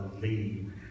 believe